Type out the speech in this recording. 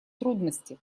трудности